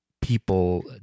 people